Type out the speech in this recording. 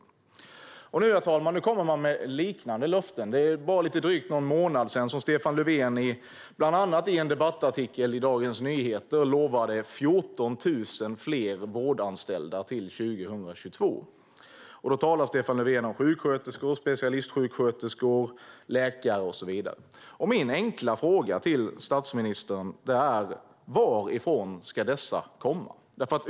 Nu, herr talman, kommer man med liknande löften. Det är bara lite drygt någon månad sedan som Stefan Löfven bland annat i en debattartikel i Dagens Nyheter lovade 14 000 fler vårdanställda till 2022. Då talar Stefan Löfven om sjuksköterskor, specialistsjuksköterskor, läkare och så vidare. Min enkla fråga till statsministern är: Varifrån ska dessa komma?